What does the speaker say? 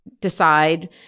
decide